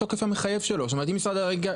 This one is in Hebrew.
אם משרד האנרגיה,